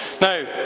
Now